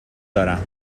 دارم